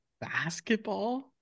basketball